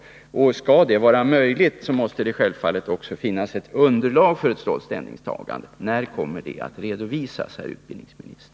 Skall det vara möjligt, måste det självfallet finnas ett underlag för ett sådant ställningstagande. När kommer detta att redovisas, herr utbildningsminister?